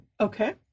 Okay